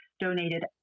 donated